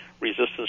resistance